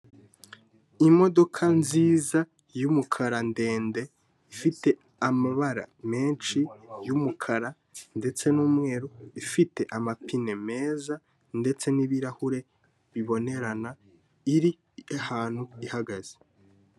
Imodoka nziza y'umukara ndende ifite amabara menshi y'umukara ndetse n'umweru, ifite amapine meza ndetse n'ibirahure bibonerana iri ahantu ihagaze.